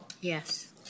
Yes